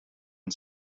had